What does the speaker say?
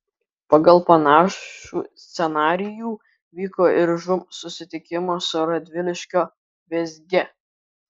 pagal panašų scenarijų vyko ir žūm susitikimas su radviliškio vėzge